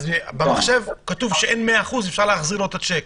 ובמחשב כתוב שאין 100% ואפשר להחזיר לו את השיק,